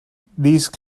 these